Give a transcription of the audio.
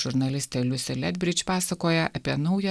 žurnalistė liusė letbridž pasakoja apie naują